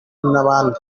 n’ahandi